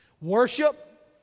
Worship